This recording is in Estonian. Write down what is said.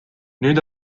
nüüd